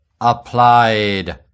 applied